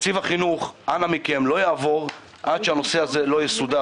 תקציב החינוך לא יעבור כל עוד הנושא הזה לא יסודר.